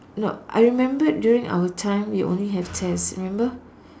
nope I remembered during our time we only had test remember